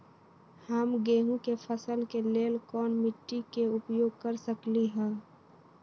हम गेंहू के फसल के लेल कोन मिट्टी के उपयोग कर सकली ह?